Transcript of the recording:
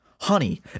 Honey